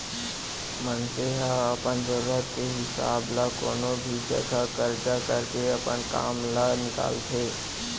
मनसे ह अपन जरूरत के हिसाब ल कोनो भी जघा करजा करके अपन काम ल निकालथे